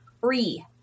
free